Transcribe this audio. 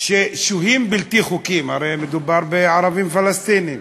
ששוהים בלתי-חוקיים, הרי מדובר בערבים פלסטינים,